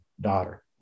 daughter